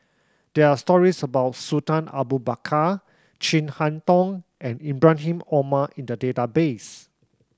there are stories about Sultan Abu Bakar Chin Harn Tong and Ibrahim Omar in the database